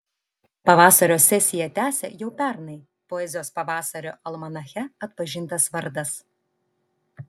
pavasario sesiją tęsia jau pernai poezijos pavasario almanache atpažintas vardas